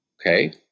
okay